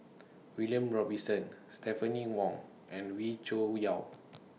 William Robinson Stephanie Wong and Wee Cho Yaw